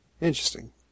Interesting